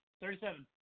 Thirty-seven